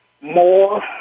more